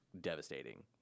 devastating